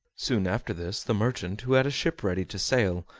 soon after this the merchant, who had a ship ready to sail,